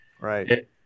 Right